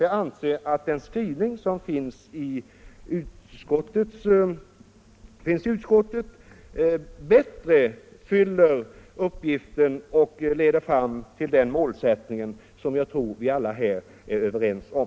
Jag anser att utskottsmajoritetens skrivning bättre fyller uppgiften och leder fram till det mål som vi väl alla här är överens om.